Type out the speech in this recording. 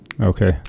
Okay